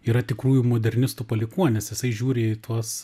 yra tikrųjų modernistų palikuonis jisai žiūri į tuos